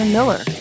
Miller